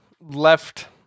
left